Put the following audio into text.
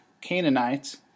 Canaanites